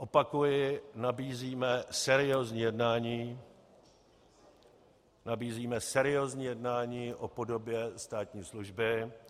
Opakuji, nabízíme seriózní jednání, nabízíme seriózní jednání o podobě státní služby.